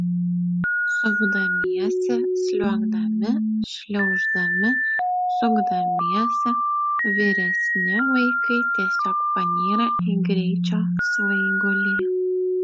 supdamiesi sliuogdami šliauždami sukdamiesi vyresni vaikai tiesiog panyra į greičio svaigulį